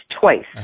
twice